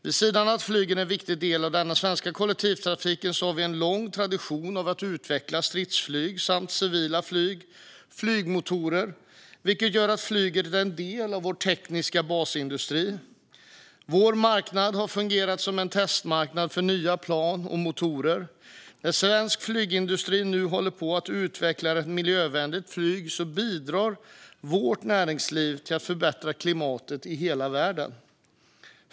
Vid sidan av att flyget är en viktig del av den svenska kollektivtrafiken har vi en lång tradition av att utveckla stridsflyg samt civila flyg och flygmotorer, vilket gör flyget till en del av vår tekniska basindustri. Vår marknad har fungerat som en testmarknad för nya plan och motorer. När svensk flygindustri nu håller på att utveckla ett miljövänligt flyg bidrar vårt näringsliv till att förbättra klimatet i hela världen.